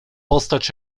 postać